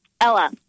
Ella